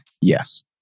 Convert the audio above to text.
Yes